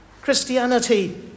Christianity